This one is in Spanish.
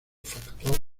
factor